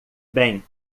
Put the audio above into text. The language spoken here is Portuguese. bem